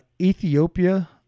Ethiopia